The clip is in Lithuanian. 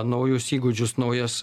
naujus įgūdžius naujas